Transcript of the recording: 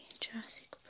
Jurassic